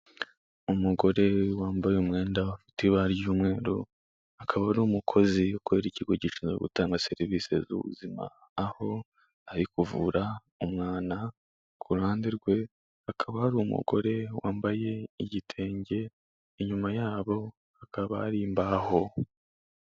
Umugore wambaye umwenda afite ibara ry'umweru, akaba ari umukozi ukorera ikigo gishinzwe gutanga serivise z'ubuzima, aho ari kuvura umwana ku ruhande rwe hakaba hari umugore wambaye igitenge, inyuma yabo hakaba hari imbaho.